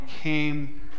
came